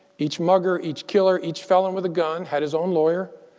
each mugger, each killer, each felon with a gun had his own lawyer,